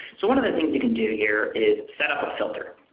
so one of the things you can do here is set up a filter.